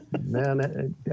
man